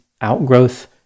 outgrowth